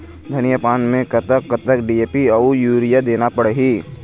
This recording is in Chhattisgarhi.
धनिया पान मे कतक कतक डी.ए.पी अऊ यूरिया देना पड़ही?